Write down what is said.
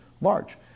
large